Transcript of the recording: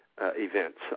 events